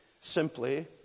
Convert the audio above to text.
simply